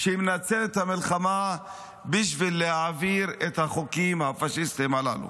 שמנצלת את המלחמה בשביל להעביר את החוקים הפשיסטיים הללו.